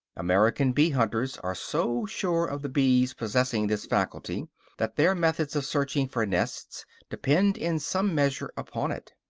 american bee-hunters are so sure of the bees possessing this faculty that their methods of searching for nests depend in some measure upon it.